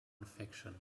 fiction